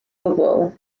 gwbl